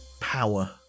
Power